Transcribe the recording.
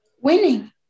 Winning